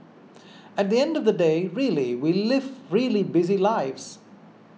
at the end of the day really we live really busy lives